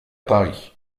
paris